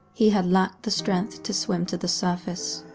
he had lacked the strength to swim to the surface.